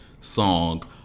song